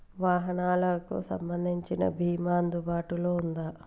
వాహనాలకు సంబంధించిన బీమా అందుబాటులో ఉందా?